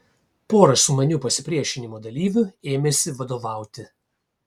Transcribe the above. pora sumanių pasipriešinimo dalyvių ėmėsi vadovauti